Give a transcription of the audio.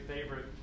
favorite